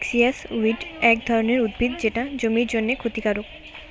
noxious weed এক ধরণের উদ্ভিদ যেটা জমির জন্যে ক্ষতিকারক